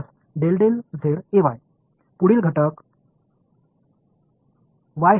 முதல் கூறு ∂Az∂y − ∂Ay ∂z ஆக இருக்கும்